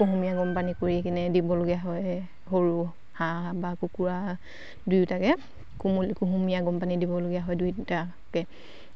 কুহুমীয়া গৰমপানী কৰি কিনে দিবলগীয়া হয় সৰু হাঁহ বা কুকুৰা দুয়োটাকে কোমল কুহুমীয়া গৰমপানী দিবলগীয়া হয় দুয়োটাকে